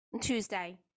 Tuesday